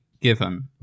given